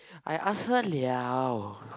I ask her [liao]